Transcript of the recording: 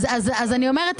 אז אני אומרת,